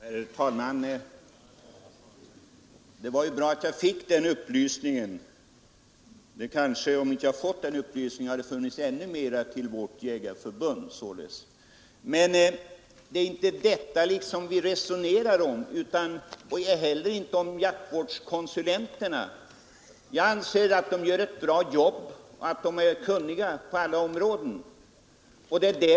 Herr talman! Det var ju bra att jag fick den upplysningen. Om jag inte hade fått den hade det kanske funnits ännu mera pengar till vårt jägarförbund. Men det är inte detta vi resonerar om och inte heller om jaktvårdskonsulenterna. Jag anser att de är kunniga på alla områden och gör ett bra jobb.